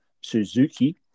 Suzuki